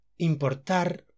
Importar